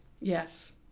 yes